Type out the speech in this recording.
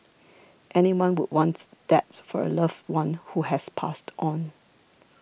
anyone would want that for a loved one who has passed on